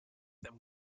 them